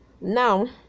now